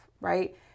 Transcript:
right